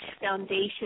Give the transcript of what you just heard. foundation